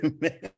man